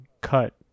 cut